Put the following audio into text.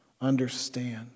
understand